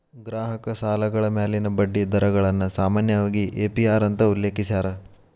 ಗ್ರಾಹಕ ಸಾಲಗಳ ಮ್ಯಾಲಿನ ಬಡ್ಡಿ ದರಗಳನ್ನ ಸಾಮಾನ್ಯವಾಗಿ ಎ.ಪಿ.ಅರ್ ಅಂತ ಉಲ್ಲೇಖಿಸ್ಯಾರ